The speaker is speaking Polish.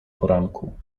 poranku